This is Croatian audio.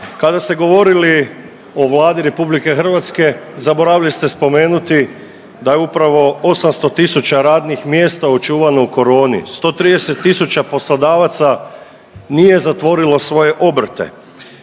Kada ste govorili o Vladi RH, zaboravili ste spomenuti da je upravo 800 tisuća radnih mjesta očuvano u Coroni, 130 tisuća poslodavaca nije zatvorilo svoje obrte.